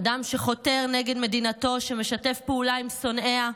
אדם שחותר נגד מדינתו, שמשתף פעולה עם שונאיה,